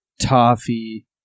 toffee